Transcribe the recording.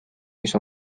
mis